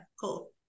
cool